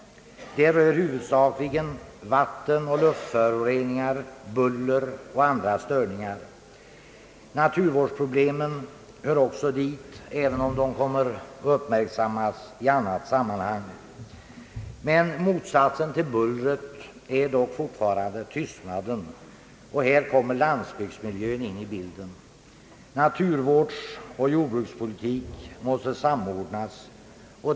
Detta rör huvudsakligen vattenoch luftföroreningar, buller och andra störningar. Naturvårdsproblemen hör också dit, även om de kommer att uppmärksammas i annat sammanhang. Motsatsen till bullret är dock fortfarande tystnaden, och här kommer landsbygdsmiljön in i bilden. Naturvårdsoch jordbrukspolitik måste samordnas.